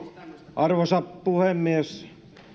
arvoisa puhemies